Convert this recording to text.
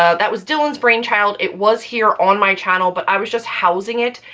ah that was dylan's brainchild. it was here on my channel but i was just housing it.